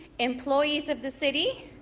employees of the city.